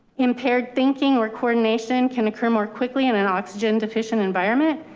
impaired thinking, or coordination can occur more quickly in an oxygen deficient environment,